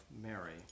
Mary